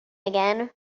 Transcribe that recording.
again